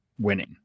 winning